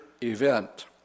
event